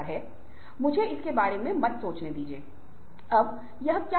विश्वसनीय और भरोसेमंद बनें